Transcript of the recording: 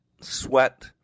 sweat